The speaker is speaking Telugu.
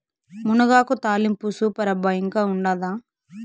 మునగాకు తాలింపు సూపర్ అబ్బా ఇంకా ఉండాదా